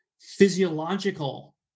physiological